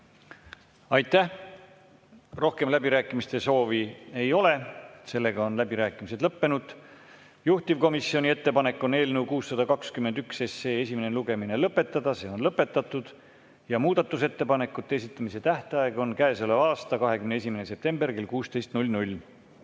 Aitäh! Rohkem läbirääkimiste soovi ei ole, läbirääkimised on lõppenud. Juhtivkomisjoni ettepanek on eelnõu 621 esimene lugemine lõpetada. See on lõpetatud. Muudatusettepanekute esitamise tähtaeg on käesoleva aasta 21. september kell 16.